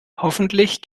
hoffentlich